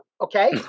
okay